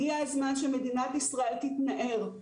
הגיע הזמן שמדינת ישראל תתנער,